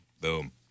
Boom